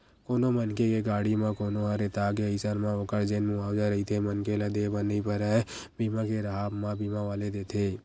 कोनो मनखे के गाड़ी म कोनो ह रेतागे अइसन म ओखर जेन मुवाजा रहिथे मनखे ल देय बर नइ परय बीमा के राहब म बीमा वाले देथे